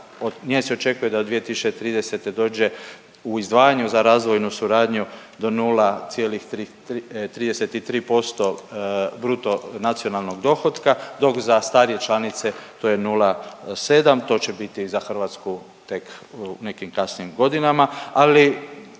nje se očekuje da do 2030. dođe u izdvajanju za razvojnu suradnju do 0,33% bruto nacionalnog dohotka dok za starije članice to je 0,7, to će biti za Hrvatsku tek u nekim kasnijim godinama,